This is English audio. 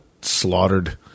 slaughtered